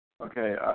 Okay